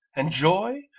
and joy,